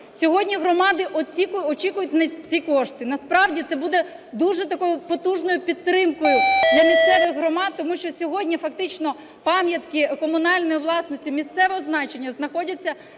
Сьогодні громади очікують на ці кошти. Насправді це буде дуже такою потужною підтримкою для місцевих громад, тому що сьогодні фактично пам'ятки комунальної власності місцевого значення знаходяться